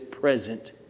present